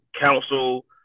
council